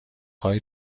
های